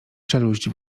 czeluść